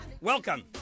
welcome